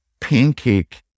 pancake